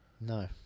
No